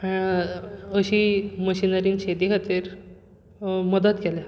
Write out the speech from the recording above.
अशी मशीनरी शेती खातीर मदत केल्या